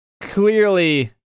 clearly